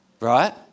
right